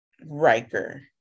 Riker